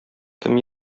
кем